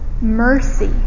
mercy